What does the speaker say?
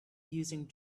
using